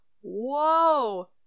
whoa